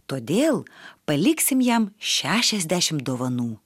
todėl paliksim jam šešiasdešimt dovanų